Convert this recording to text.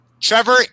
Trevor